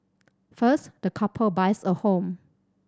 first the couple buys a home